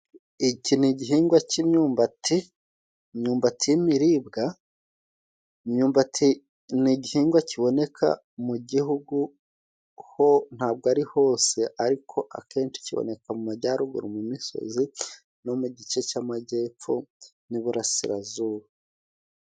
Iki ni igihingwa cy'imyumbati， imyumbati y'imiriribwa，imyumbati ni igihingwa kiboneka mu gihugu， ho ntabwo ari hose ariko akenshi kiboneka mu majyaruguru，mu misozi no mu gice cy'Amajyepfo n'Iburasirazuba.